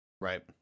Right